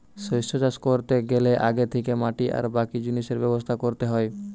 শস্য চাষ কোরতে গ্যালে আগে থিকে মাটি আর বাকি জিনিসের ব্যবস্থা কোরতে হয়